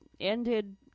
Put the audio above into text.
ended